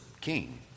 king